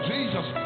Jesus